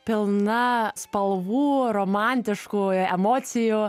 pilna spalvų romantiškų emocijų